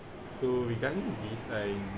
so regarding this I